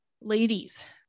Ladies